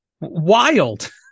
wild